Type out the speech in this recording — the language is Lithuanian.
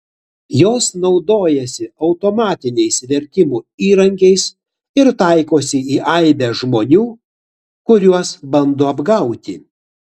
jos naudojasi automatiniais vertimų įrankiais ir taikosi į aibę žmonių kuriuos bando apgauti